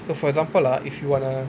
so for example ah if you wanna